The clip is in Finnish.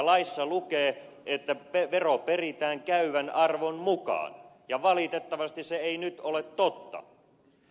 laissa lukee että vero peritään käyvän arvon mukaan ja valitettavasti se ei nyt ole totta